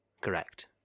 Correct